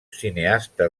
cineasta